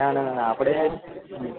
ના ના ના ના આપણે